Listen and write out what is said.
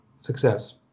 success